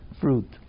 fruit